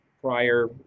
prior